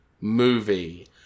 movie